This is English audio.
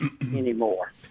anymore